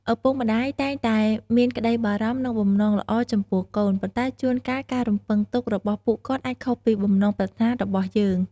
ឪពុកម្ដាយតែងតែមានក្តីបារម្ភ និងបំណងល្អចំពោះកូន ប៉ុន្តែជួនកាលការរំពឹងទុករបស់ពួកគាត់អាចខុសពីបំណងប្រាថ្នារបស់យើង។